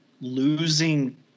losing